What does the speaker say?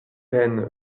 peine